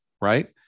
right